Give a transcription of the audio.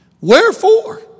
Wherefore